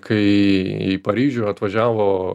kai į paryžių atvažiavo